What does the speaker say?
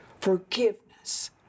Forgiveness